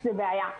זה בעיה.